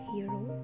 Hero